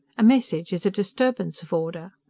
a message is a disturbance of order.